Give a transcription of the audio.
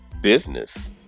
business